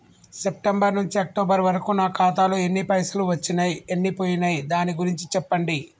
September నుంచి October వరకు నా ఖాతాలో ఎన్ని పైసలు వచ్చినయ్ ఎన్ని పోయినయ్ దాని గురించి చెప్పండి?